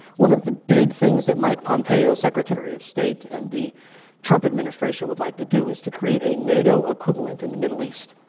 one of the big things that mike pompeo, secretary of state in and the trump administration. would like to do is to create a nato equivalent in the middle east.